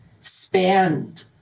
spend